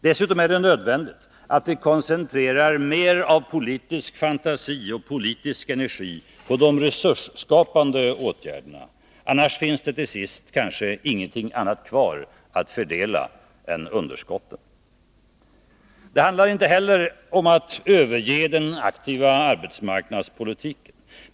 Dessutom är det nödvändigt att vi koncentrerar mer av politisk fantasi och politisk energi på de resursskapande åtgärderna, annars finns det till sist kanske ingenting annat kvar att fördela än underskotten. Det handlar inte heller om att överge den aktiva arbetsmarknadspolitiken.